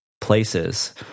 places